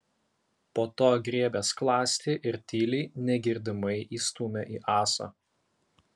po to griebė skląstį ir tyliai negirdimai įstūmė į ąsą